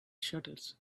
shutters